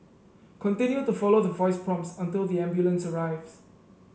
continue to follow the voice prompts until the ambulance arrives